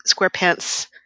SquarePants